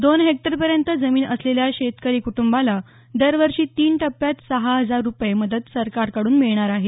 दोन हेक्टरपर्यंत जमीन असलेल्या शेतकरी कुटुंबाला दरवर्षी तीन टप्प्यात सहा हजार रुपये मदत सरकारकडून मिळणार आहे